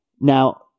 Now